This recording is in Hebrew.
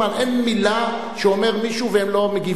אין מלה שאומר מישהו, והם לא מגיבים.